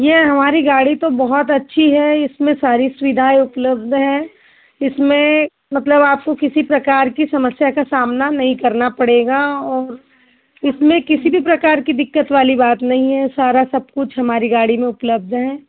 ये हमारी गाड़ी तो बहुत अच्छी है इसमें सारी सुविधाएँ उपलब्ध हैं इसमें मतलब आपको किसी प्रकार की समस्या का सामना नहीं करना पड़ेगा और इसमें किसी भी प्रकार की दिक्कत वाली बात नहीं है सारा सब कुछ हमारी गाड़ी में उपलब्ध है